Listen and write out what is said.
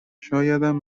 شایدم